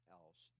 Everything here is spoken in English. else